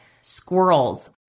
squirrels